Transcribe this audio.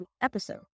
episode